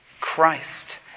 Christ